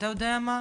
ואתה אדוני,